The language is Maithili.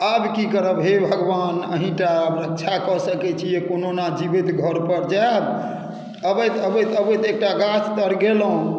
आब की करब हे भगवान अहीँटा रक्षा कऽ सकैत छियै कहुना जीबैत घर पर जायब अबैत अबैत अबैत एकटा गाछ तर गेलहुँ